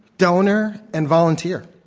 donor, and volunteer.